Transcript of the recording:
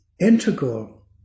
integral